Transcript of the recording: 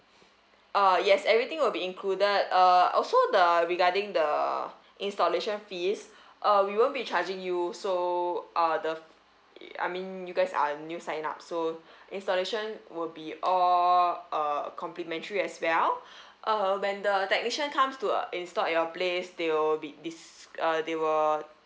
uh yes everything will be included uh also the regarding the installation fees uh we won't be charging you so uh the I mean you guys are new sign up so installation will be all uh complementary as well uh when the technician comes to uh install your place they will be this uh they will